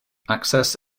access